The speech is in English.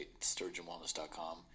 sturgeonwellness.com